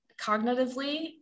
cognitively